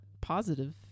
positive